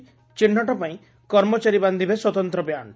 ଚିହ୍ଟ ପାଇଁ କର୍ମଚାରୀ ବାନ୍ଧିବେ ସ୍ୱତନ୍ତ ବ୍ୟାଣ୍ଡ